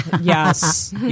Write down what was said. Yes